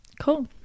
Cool